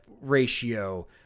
ratio